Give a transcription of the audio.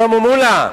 שלמה מולה,